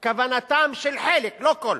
כוונתם של חלק, לא כולם,